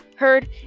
heard